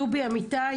דובי אמיתי,